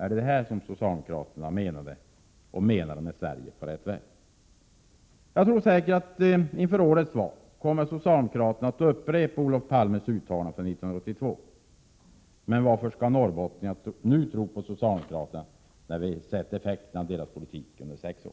Är det detta som socialdemokraterna menar med Sverige på rätt väg? Inför årets val kommer säkert socialdemokraterna att upprepa Olof Palmes uttalande från 1982. Varför skall norrbottningarna nu tro på socialdemokraterna när vi sett effekten av deras politik under sex år?